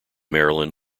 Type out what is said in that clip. maryland